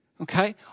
Okay